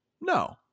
No